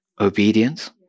obedience